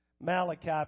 Malachi